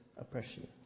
oppression